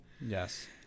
Yes